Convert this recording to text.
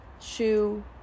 shoe